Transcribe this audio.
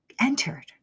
entered